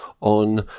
on